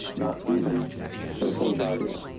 nor even social value.